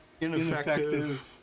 ineffective